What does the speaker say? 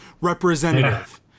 representative